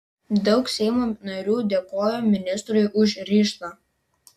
daug seimo narių dėkojo ministrui už ryžtą